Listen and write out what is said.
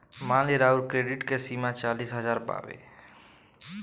मान ली राउर क्रेडीट के सीमा चालीस हज़ार बावे